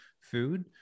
food